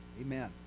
Amen